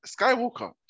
Skywalker